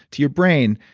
to your brain,